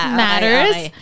matters